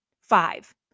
Five